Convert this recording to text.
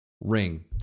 ring